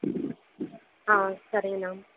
சரி அண்ணா